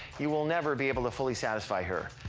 you will never be able to fully satisfy her,